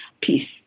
peace